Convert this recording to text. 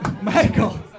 Michael